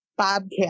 bobcat